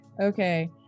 Okay